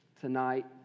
tonight